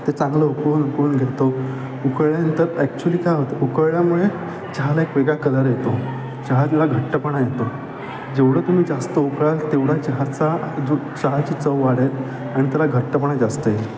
ते चांगलं उकळून उकळून घेतो उकळल्यानंतर ॲक्च्युली काय होतं उकळल्यामुळे चहाला एक वेगळा कलर येतो चहाला घट्टपणा येतो जेवढं तुम्ही जास्त उकळाल तेवढा चहाचा जो चहाची चव वाढेल आणि त्याला घट्टपणा जास्त येईल